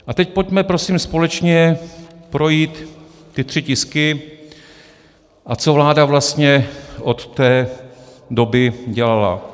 A teď pojďme prosím společně projít ty tři tisky, a co vláda vlastně od té doby dělala.